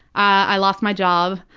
i lost my job.